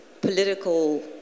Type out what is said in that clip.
political